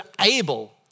able